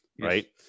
Right